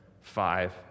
five